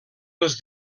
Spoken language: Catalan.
els